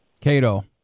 Cato